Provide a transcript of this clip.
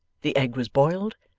the egg was boiled,